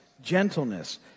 gentleness